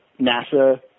NASA